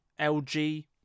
LG